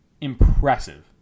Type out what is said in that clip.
Impressive